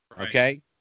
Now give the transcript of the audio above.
Okay